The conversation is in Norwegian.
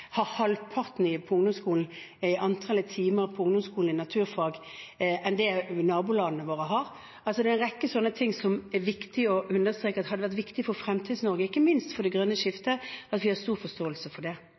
har halvt antall timer naturfag på ungdomsskolen enn det man har i nabolandene våre. Det er en rekke sånne ting det er viktig å understreke hadde vært viktig for Fremtids-Norge, ikke minst for det grønne skiftet, at vi har stor forståelse for det.